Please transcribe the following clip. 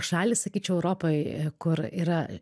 šalį sakyčiau europoj kur yra